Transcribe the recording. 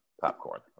popcorn